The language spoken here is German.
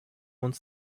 uns